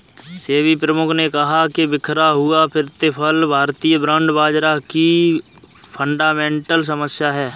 सेबी प्रमुख ने कहा कि बिखरा हुआ प्रतिफल भारतीय बॉन्ड बाजार की फंडामेंटल समस्या है